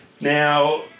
Now